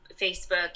Facebook